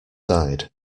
side